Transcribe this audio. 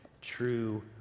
true